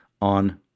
on